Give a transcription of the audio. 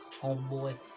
homeboy